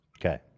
Okay